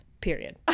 Period